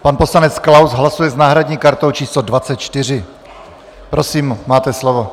Pan poslanec Klaus hlasuje s náhradní kartou číslo 24. Prosím, máte slovo.